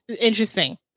interesting